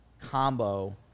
combo